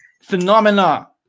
phenomena